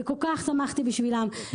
וכל כך שמחתי בשבילם.